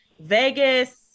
Vegas